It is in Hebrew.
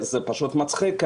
זה מצחיק.